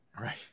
Right